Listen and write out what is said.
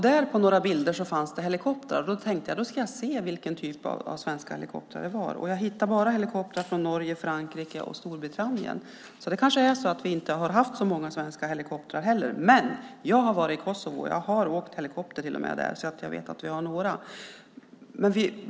Där fanns bilder av helikoptrar, och jag tänkte se efter vilken typ av svenska helikoptrar det var. Men jag hittade bara helikoptrar från Norge, Frankrike och Storbritannien. Vi kanske inte har haft så många svenska helikoptrar. Fast jag har varit i Kosovo, och jag har till och med åkt helikopter där, så jag vet alltså att vi har några.